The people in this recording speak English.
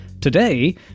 Today